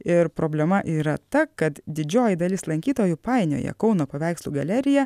ir problema yra ta kad didžioji dalis lankytojų painioja kauno paveikslų galeriją